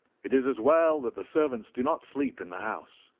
it is as well that the servants do not sleep in the house.